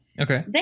Okay